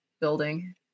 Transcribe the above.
building